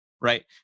right